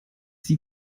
sie